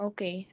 Okay